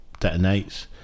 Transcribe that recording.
detonates